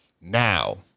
Now